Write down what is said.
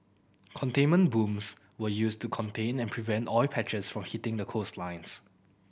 containment booms were used to contain and prevent oil patches from hitting the coastlines